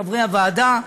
חברי הוועדה,